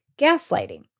gaslighting